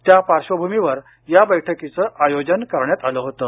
त्या पार्श्वभूमीवर या बैठकीचं आयोजन करण्यात आलं होतं